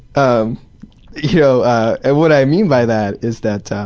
um you know? and what i mean by that is that that